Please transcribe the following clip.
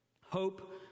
hope